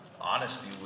honesty